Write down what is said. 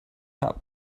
habe